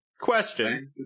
question